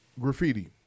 Graffiti